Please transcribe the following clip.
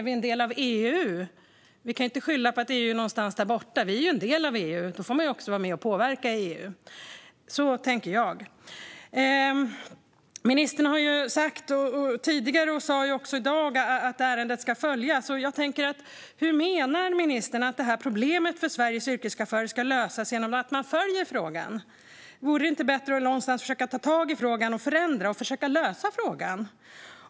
Vi kan inte skylla på ett EU någonstans långt bort; vi är ju en del av EU, och då får man vara med och påverka i EU. Så tänker jag. Ministern har sagt tidigare och sa också i dag att ärendet ska följas. Jag undrar hur ministern menar att det här problemet för Sveriges yrkeschaufförer ska lösas genom att man följer frågan. Vore det inte bättre att någonstans försöka ta tag i frågan - förändra den och lösa den?